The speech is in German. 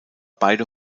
beide